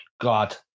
God